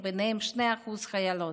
2% מהם חיילות.